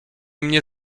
mnie